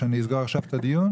שאני אסגור עכשיו את הדיון?